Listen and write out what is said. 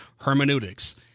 hermeneutics